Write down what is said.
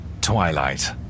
Twilight